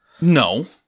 No